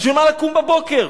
בשביל מה לקום בבוקר?